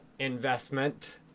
investment